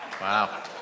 Wow